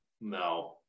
no